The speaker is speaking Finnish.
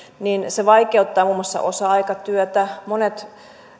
niin se vaikeuttaa muun muassa osa aikatyötä monet